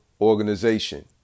Organization